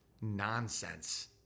nonsense